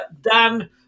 Dan